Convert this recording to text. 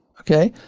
okay?